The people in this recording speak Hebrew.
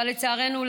אבל לצערנו,